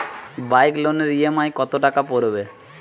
Bike লোনের EMI কত টাকা পড়বে?